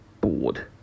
bored